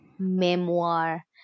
memoir